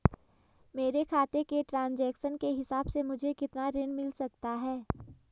मेरे खाते के ट्रान्ज़ैक्शन के हिसाब से मुझे कितना ऋण मिल सकता है?